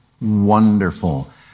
wonderful